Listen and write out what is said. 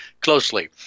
closely